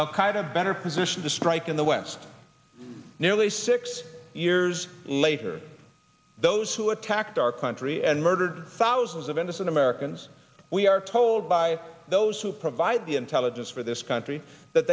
qaeda better position to strike in the west nearly six years later those who attacked our country and murdered thousands of innocent americans we are told by those who provide the intelligence for this country that